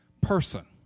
person